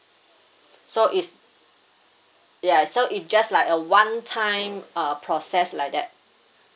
so is ya so it just like a one time uh process like that